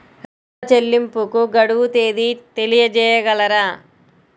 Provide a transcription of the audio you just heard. ఋణ చెల్లింపుకు గడువు తేదీ తెలియచేయగలరా?